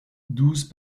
douze